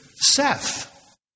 Seth